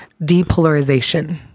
depolarization